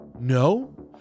No